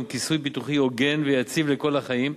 כיסוי ביטוחי הוגן ויציב לכל החיים,